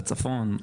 בצפון.